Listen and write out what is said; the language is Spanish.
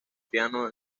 piano